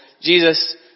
Jesus